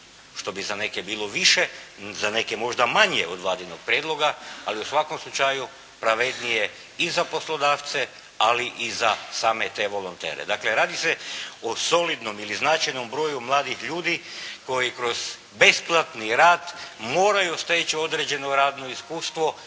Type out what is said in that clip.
što bi za neke bilo više, za neke možda manje od Vladinog prijedloga, ali u svakom slučaju pravednije i za poslodavce, ali i za same te volonter. Dakle, radi se o solidnom ili značajnom broju mladih ljudi, koji kroz besplatni rad moraju steći određeno radno iskustvo